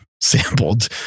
sampled